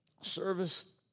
service